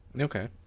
Okay